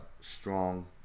strong